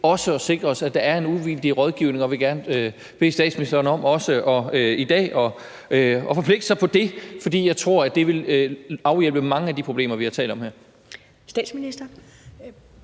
også at sikre os, at der er en uvildig rådgivning, og jeg vil gerne bede statsministeren om også i dag at forpligte sig på det, for jeg tror, at det vil afhjælpe mange af de problemer, som vi har talt om her.